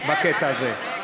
בקטע הזה.